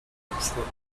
oxford